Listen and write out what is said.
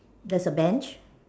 there's a bench